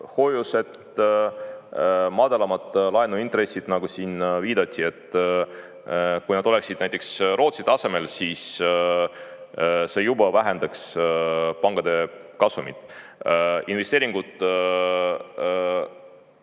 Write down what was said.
hoiused, madalamad laenuintressid, nagu siin viidati, vaid kui nad oleksid näiteks Rootsi tasemel, siis see juba vähendaks pankade kasumit ja investeeringuid